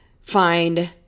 find